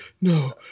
no